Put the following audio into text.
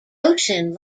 ocean